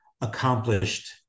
accomplished